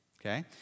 okay